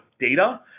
data